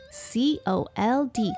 cold